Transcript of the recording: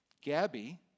Gabby